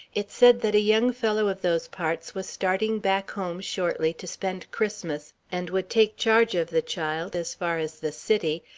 it said that a young fellow of those parts was starting back home shortly to spend christmas, and would take charge of the child as far as the city,